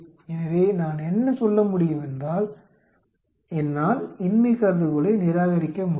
எனவே நான் என்ன சொல்ல முடியும் என்றால் என்னால் இன்மை கருதுகோளை நிராகரிக்க முடியும்